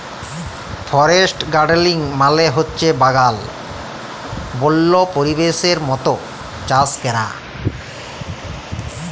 forest গাড়েলিং মালে হছে বাগাল বল্য পরিবেশের মত চাষ ক্যরা